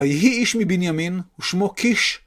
ויהי איש מבינימין, ושמו קיש.